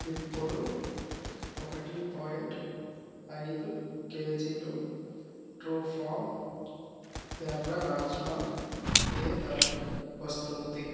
ఇప్పుడు ఒకటి పాయింట్ ఐదు కేజీలు ట్రూఫార్మ్ ఎర్ర రాజ్మా యే ధరకి వస్తుంది